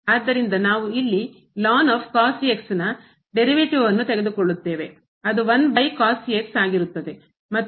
ಆದ್ದರಿಂದ ನಾವು ಇಲ್ಲಿ ln cos x ನ derivative ವ್ಯುತ್ಪನ್ನವನ್ನು ತೆಗೆದುಕೊಳ್ಳುತ್ತೇವೆ ಅದು ಮತ್ತು ಇದು derivative ವ್ಯುತ್ಪನ್ನ ವು 1 ಭಾಗಿಸು derivative ಉತ್ಪನ್ನ 1